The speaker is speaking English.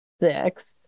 six